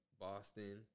Boston